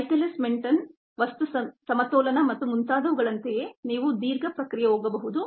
Michaelis Menten material balance ಮತ್ತು ಮುಂತಾದವುಗಳಂತೆಯೇ ನೀವು ದೀರ್ಘ ಪ್ರಕ್ರಿಯೆಗೆ ಹೋಗಬಹುದು